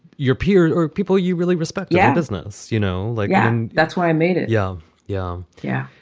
your peers or people you really respect. yeah. business you know, again, that's why i made it. yeah yeah. yeah.